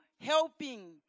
helping